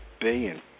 billion